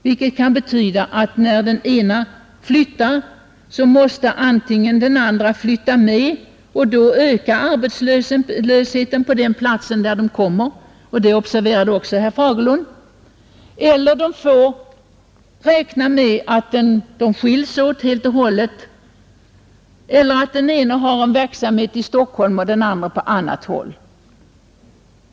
Det kan betyda att om maken måste flytta så ökar arbetslösheten på den plats dit han kommer om också makan flyttar med. Det observerade också herr Fagerlund. De kanske får räkna med att skiljas åt helt och hållet om den ene har kvar sin verksamhet i Stockholm och den andra bor på ett annat håll.